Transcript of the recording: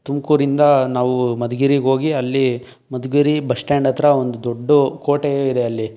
ತುಮಕೂರಿಂದ ನಾವು ಮದ್ಗಿರಿಗೆ ಹೋಗಿ ಅಲ್ಲಿ ಮಧುಗಿರಿ ಬಸ್ ಸ್ಟಾಂಡ್ ಹತ್ರ ಒಂದು ದೊಡ್ಡ ಕೋಟೆ ಇದೆ ಅಲ್ಲಿ